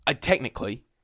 Technically